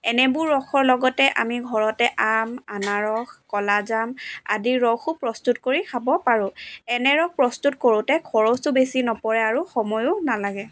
এনেবোৰ ৰসৰ লগতে আমি ঘৰতে আম আনাৰস ক'লা জাম আদিৰ ৰসো প্ৰস্তুত কৰি খাব পাৰোঁ এনে ৰস প্ৰস্তুত কৰোঁতে খৰচো বেছি নপৰে আৰু সময়ো নালাগে